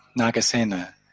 Nagasena